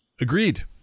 Agreed